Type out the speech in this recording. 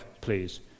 please